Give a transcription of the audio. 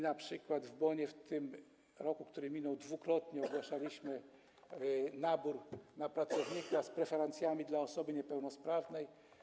Na przykład w BON-ie w tym roku, który minął, dwukrotnie ogłaszaliśmy nabór na pracownika z preferencjami dla osoby niepełnosprawnej.